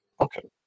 Okay